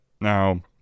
Now –